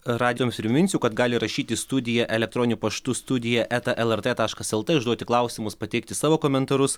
radijoms priminsiu kad gali rašyti į studiją elektroniniu paštu studija eta lrt taškas lt užduoti klausimus pateikti savo komentarus